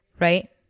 right